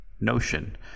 notion